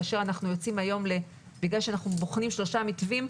כיוון שאנחנו בוחנים שלושה מתווים,